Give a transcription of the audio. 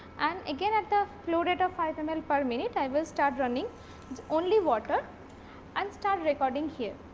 and again at the flow rate ah five and ml per minute, i will start running only water and start recording here.